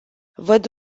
văd